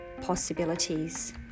possibilities